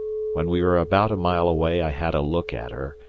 when we were about a mile away i had a look at her,